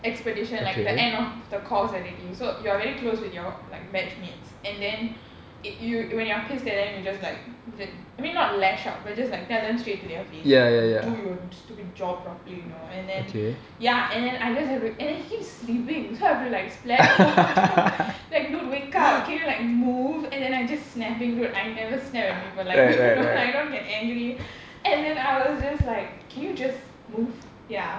expedition like the end of the course already so you're very close with your like batch mates and then it you when you're pissed at them you just like l~ I mean not lash out but just like tell them straight to their face like do your stupid job properly you know and then ya and then I just have and he keeps sleeping so I have to like splash water like dude wake up can you like move and then I just snapping dude I never snap at people like you know I don't get angry and then I was just like can you just move ya